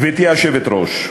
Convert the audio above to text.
גברתי היושבת-ראש,